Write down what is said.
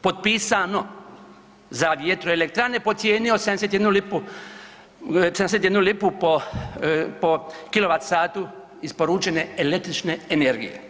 Potpisano, za vjetroelektrane po cijeni od 71 lipu po kilovat satu isporučene električne energije.